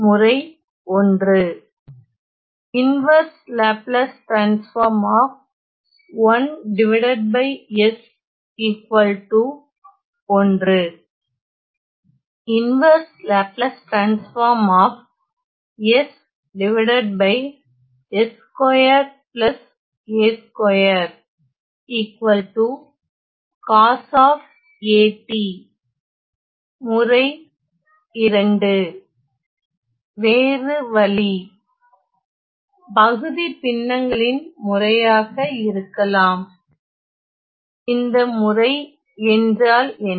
முறை 1 முறை 2 வேறு வழி பகுதி பின்னங்களின் முறையாக இருக்கலாம் இந்த முறை என்றால் என்ன